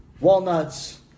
Walnuts